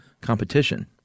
competition